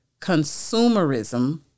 consumerism